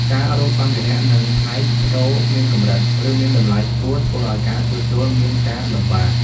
ការរកសម្ភារៈ និងផ្នែកប្តូរមានកម្រិត ឬមានតម្លៃខ្ពស់ ធ្វើឲ្យការជួសជុលមានការលំបាក។